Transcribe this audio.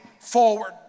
forward